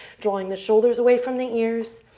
drawing the shoulders away from the ears.